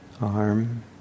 arm